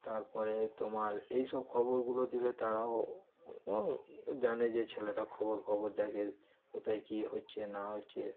তার পরে তোমার এইসব খবরগুলো দিলে তারাও জানে যে এই ছেলেটা খবর ফবর দেখে কোথায় কী হচ্ছে না হচ্ছে